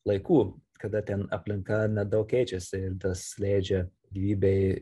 laikų kada ten aplinka nedaug keičiasi ir tas leidžia gyvybei